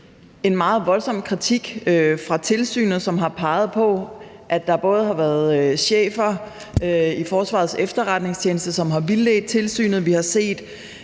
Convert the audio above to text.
en meget voldsom kritik fra tilsynet, som har peget på, at der har været chefer i Forsvarets Efterretningstjeneste, som har vildledt tilsynet,